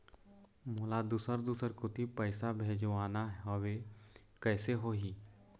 मोला दुसर दूसर कोती पैसा भेजवाना हवे, कइसे होही?